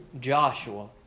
Joshua